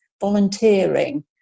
volunteering